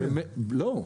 לא.